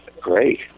great